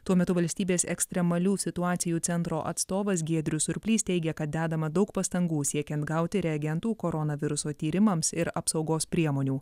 tuo metu valstybės ekstremalių situacijų centro atstovas giedrius surplys teigia kad dedama daug pastangų siekiant gauti reagentų koronaviruso tyrimams ir apsaugos priemonių